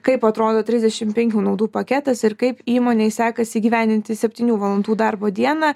kaip atrodo trisdešimt penkių naudų paketas ir kaip įmonei sekasi įgyvendinti septynių valandų darbo dieną